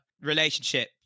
relationship